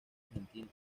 argentina